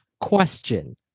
question